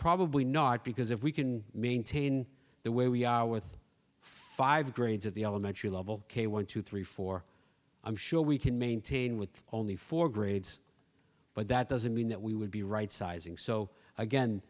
probably not because if we can maintain the way we are with five grades of the elementary level k one two three four i'm sure we can maintain with only four grades but that doesn't mean that we would be right sizing so again